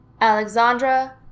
Alexandra